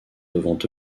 devant